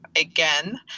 again